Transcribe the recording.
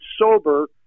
sober